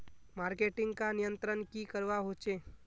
Marketing का नियंत्रण की करवा होचे?